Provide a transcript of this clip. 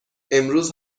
امروز